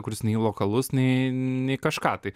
kuris nei lokalus nei nei kažką tai